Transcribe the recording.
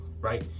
right